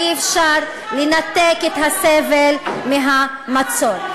ואי-אפשר לנתק את הסבל מהמצור.